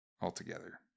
altogether